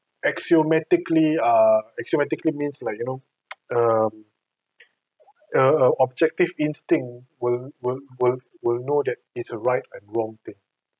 axiomatically err axiomatically means like you know um err objective instinct will will will will know that it's a right and wrong thing